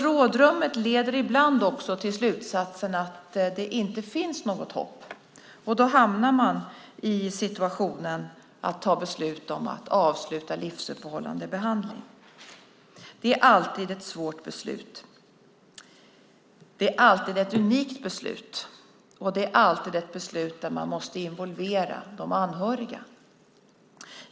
Rådrummet leder ibland också till slutsatsen att det inte finns något hopp. Då hamnar man i en situation där man måste ta beslut om att avsluta livsuppehållande behandling. Det är alltid ett svårt beslut. Det är alltid ett unikt beslut, och det är alltid ett beslut där man måste involvera de anhöriga.